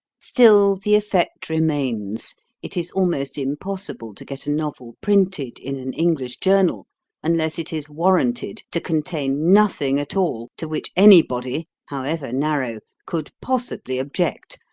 still, the effect remains it is almost impossible to get a novel printed in an english journal unless it is warranted to contain nothing at all to which anybody, however narrow, could possibly object,